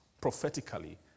prophetically